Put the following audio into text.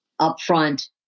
upfront